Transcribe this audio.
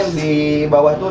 the